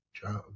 job